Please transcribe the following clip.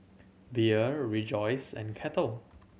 Biore Rejoice and Kettle